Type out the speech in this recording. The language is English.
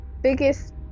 biggest